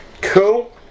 cool